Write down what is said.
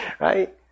right